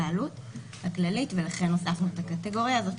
ההתקהלות הכללית ולכן הוספנו את הקטגוריה הזאת,